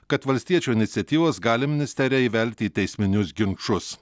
kad valstiečių iniciatyvos gali ministeriją įvelti į teisminius ginčus